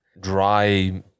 dry